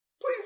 Please